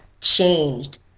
changed